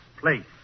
place